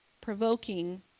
provoking